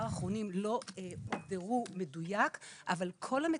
האחרונים לא הוגדרו במדויק אבל כל המטפלים,